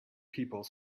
people